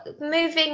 moving